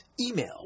Email